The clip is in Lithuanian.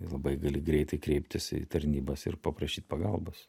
labai gali greitai kreiptis į tarnybas ir paprašyt pagalbos